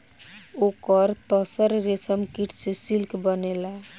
ओकर तसर रेशमकीट से सिल्क बनेला